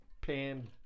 pan